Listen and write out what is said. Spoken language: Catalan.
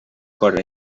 acord